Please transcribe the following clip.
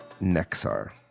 Nexar